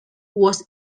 was